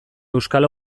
euskal